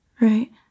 Right